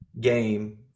game